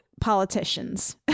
politicians